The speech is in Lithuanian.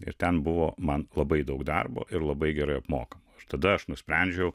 ir ten buvo man labai daug darbo ir labai gerai apmokamo ir tada aš nusprendžiau